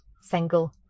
single